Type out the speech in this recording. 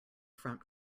front